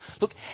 Look